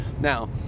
now